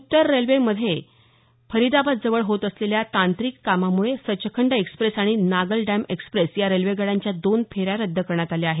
उत्तर रेल्वे मध्ये फरीदाबाद जवळ होत असलेल्या तांत्रिक कामामुळे सचखंड एक्सप्रेस आणि नागलडैम एक्सप्रेस या रेल्वेगाड्यांच्या दोन फेऱ्या रद्द करण्यात आल्या आहेत